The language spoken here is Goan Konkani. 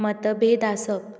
मतभेद आसप